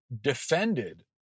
defended